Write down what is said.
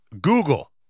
Google